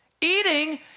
Eating